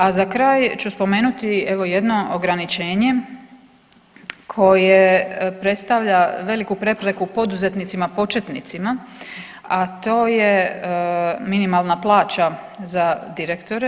A za kraj ću spomenuti evo jedno ograničenje koje predstavlja veliku prepreku poduzetnicima početnicima, a to je minimalna plaća za direktore.